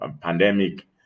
pandemic